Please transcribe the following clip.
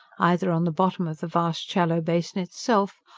either on the bottom of the vast shallow basin itself,